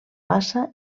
bassa